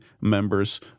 members